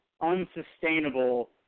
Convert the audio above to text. unsustainable